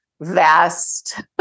vast